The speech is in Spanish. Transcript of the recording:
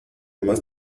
más